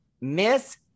Miss